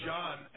John